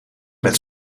met